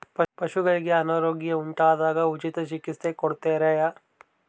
ಪಶುಗಳಿಗೆ ಅನಾರೋಗ್ಯ ಉಂಟಾದಾಗ ಉಚಿತ ಚಿಕಿತ್ಸೆ ಕೊಡುತ್ತಾರೆಯೇ?